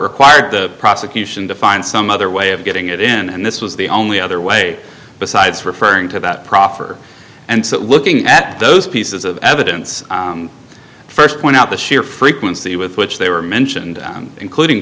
required the prosecution to find some other way of getting it in and this was the only other way besides referring to that proffer and looking at those pieces of evidence first point out the sheer frequency with which they were mentioned including